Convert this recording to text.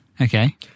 okay